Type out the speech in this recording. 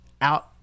out